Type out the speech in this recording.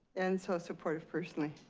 and so supportive personally.